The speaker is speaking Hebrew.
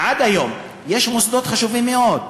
עד היום יש מוסדות חשובים מאוד,